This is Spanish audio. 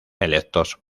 electos